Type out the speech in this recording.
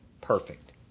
perfect